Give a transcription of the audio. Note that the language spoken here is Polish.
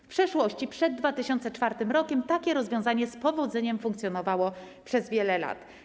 W przeszłości przed 2004 r. takie rozwiązanie z powodzeniem funkcjonowało przez wiele lat.